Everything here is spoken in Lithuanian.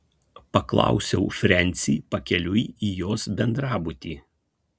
paklausiau frensį pakeliui į jos bendrabutį